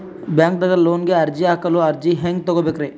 ಬ್ಯಾಂಕ್ದಾಗ ಲೋನ್ ಗೆ ಅರ್ಜಿ ಹಾಕಲು ಅರ್ಜಿ ಹೆಂಗ್ ತಗೊಬೇಕ್ರಿ?